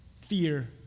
fear